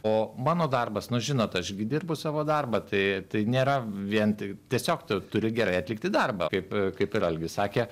o mano darbas nu žinot aš gi dirbu savo darbą tai tai nėra vien tik tiesiog tu turi gerai atlikti darbą kaip kaip ir algis sakė